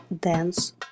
dance